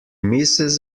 misses